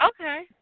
Okay